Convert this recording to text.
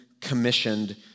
commissioned